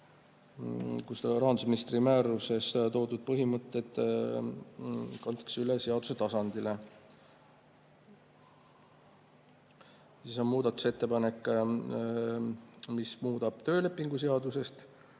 rahandusministri määruses toodud põhimõtted kantakse üle seaduse tasandile. Siis on muudatusettepanek, mis muudab töölepingu seadust,